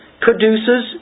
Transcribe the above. produces